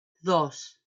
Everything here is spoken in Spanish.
dos